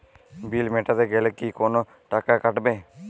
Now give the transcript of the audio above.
বিল মেটাতে গেলে কি কোনো টাকা কাটাবে?